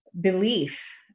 belief